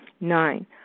Nine